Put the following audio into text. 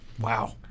Wow